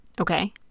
Okay